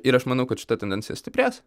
ir aš manau kad šita tendencija stiprės